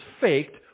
faked